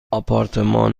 آپارتمان